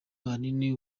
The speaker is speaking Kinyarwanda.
ahanini